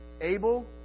Abel